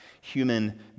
human